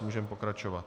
Můžeme pokračovat.